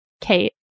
Kate